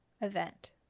event